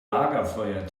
lagerfeuer